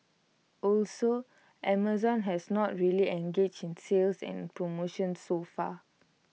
also Amazon has not really engaged in sales and promotions so far